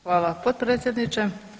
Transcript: Hvala potpredsjedniče.